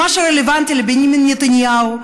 כי מה שרלוונטי לבנימין נתניהו,